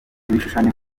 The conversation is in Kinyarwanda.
ibishushanyo